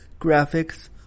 graphics